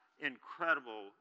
incredible